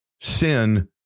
Sin